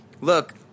look